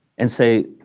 and say,